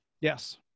Yes